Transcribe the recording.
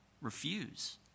refuse